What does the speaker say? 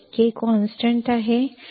येथे K स्थिर आहे आम्हाला ते माहित आहे